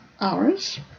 hours